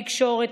תקשורת,